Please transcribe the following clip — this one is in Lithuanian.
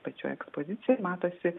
pačioj ekspozicijoj matosi